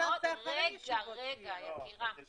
בואי נעשה